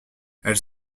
elles